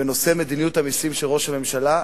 ונושא מדיניות המסים של ראש הממשלה,